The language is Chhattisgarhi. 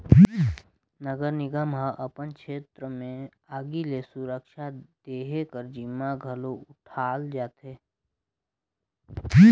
नगर निगम ह अपन छेत्र में आगी ले सुरक्छा देहे कर जिम्मा घलो उठाल जाथे